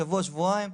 שבוע-שבועיים,